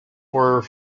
were